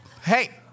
Hey